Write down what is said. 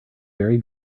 very